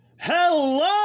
Hello